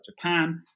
Japan